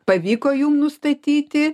pavyko jum nustatyti